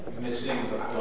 Missing